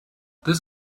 this